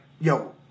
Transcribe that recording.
yo